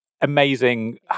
amazing